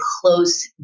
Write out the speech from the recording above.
close